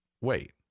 Wait